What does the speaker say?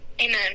amen